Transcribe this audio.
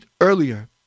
earlier